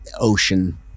Ocean